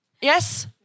Yes